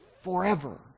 forever